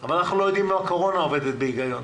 אבל אנחנו לא יודעים אם הקורונה עובדת בהיגיון.